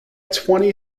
twenty